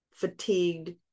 Fatigued